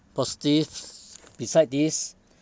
positive beside this